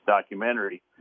documentary